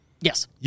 Yes